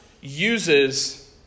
uses